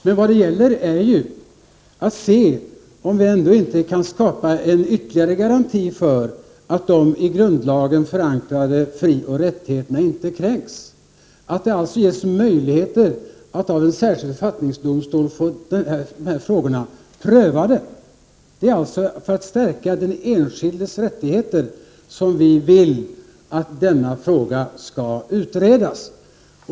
Men det gäller ju att undersöka om vi ändå inte kan skapa ytterligare en garanti för att de i grundlagen förankrade frioch rättigheterna inte kränks, att det alltså ges möjligheter att av en särskild författningsdomstol få dessa frågor prövade. Det är alltså för att stärka den enskildes rättigheter som vi vill att denna fråga skall utredas.